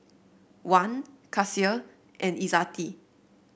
Wan Kasih and Izzati